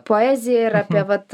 poeziją ir ape vat